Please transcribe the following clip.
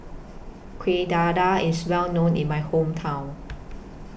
Kueh Dadar IS Well known in My Hometown